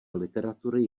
literatury